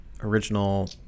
original